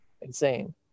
insane